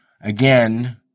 again